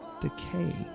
decay